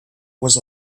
was